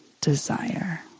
desire